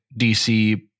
DC